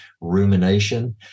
rumination